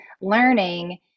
learning